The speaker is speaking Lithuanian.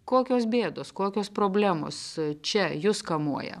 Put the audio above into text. kokios bėdos kokios problemos čia jus kamuoja